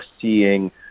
seeing